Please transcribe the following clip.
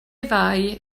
fai